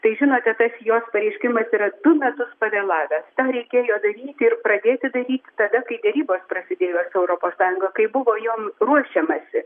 tai žinote tas jos pareiškimas yra du metus pavėlavęs tą reikėjo daryti ir pradėti daryti tada kai derybos prasidėjo su europos sąjunga kai buvo jom ruošiamasi